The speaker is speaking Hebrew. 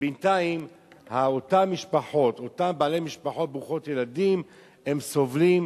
בינתיים אותן משפחות ברוכות ילדים, הן סובלות